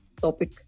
topic